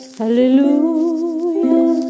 hallelujah